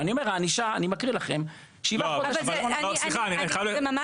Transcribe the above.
ואני מקריא לכם: שבעה חודשים --- זה ממש לא נכון.